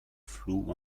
flots